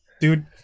Dude